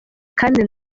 kandi